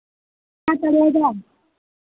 कितना पड़ेगा